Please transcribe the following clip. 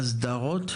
והדרום.